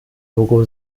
logo